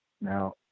Now